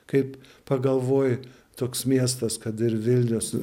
kaip pagalvoji toks miestas kad ir vilnius